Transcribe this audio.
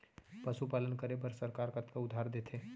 पशुपालन करे बर सरकार कतना उधार देथे?